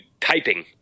typing